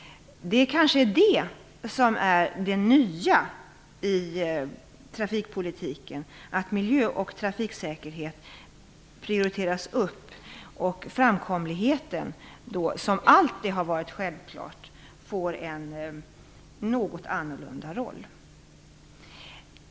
Det kanske nya i trafikpolitiken är att miljön och trafiksäkerheten prioriteras och att framkomligheten, som alltid har varit en självklarhet, får en något annorlunda roll.